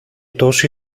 τόση